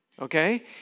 okay